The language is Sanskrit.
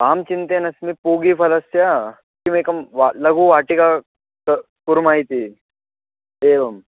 आं चिन्तयन् अस्मि पूगीफलस्य किमेकं वा लघु वाटिकां तत् कुर्मः इति एवम्